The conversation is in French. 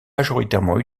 majoritairement